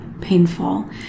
painful